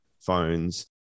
phones